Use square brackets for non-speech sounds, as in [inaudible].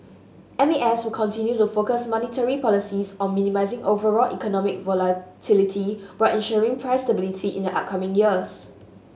M A S will continue to focus monetary policies on minimising overall economic volatility while ensuring price stability in the [unintelligible] coming years